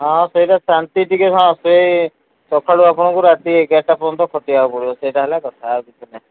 ହଁ ସେଇଟା ଶାନ୍ତି ଟିକେ ହଁ ସେ ସକାଳୁ ଆପଣଙ୍କୁ ରାତି ଏଗାରଟା ପର୍ଯ୍ୟନ୍ତ ଖଟିବାକୁ ପଡ଼ିବ ସେଇଟୀ ହେଲା କଥା ଆଉ କିଛି ନାଇଁ